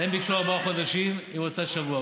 הם ביקשו ארבעה חודשים, היא רוצה שבוע.